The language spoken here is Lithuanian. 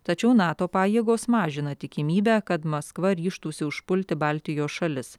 tačiau nato pajėgos mažina tikimybę kad maskva ryžtųsi užpulti baltijos šalis